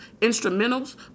instrumentals